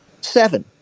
Seven